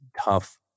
tough